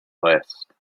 list